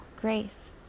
grace